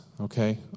Okay